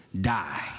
die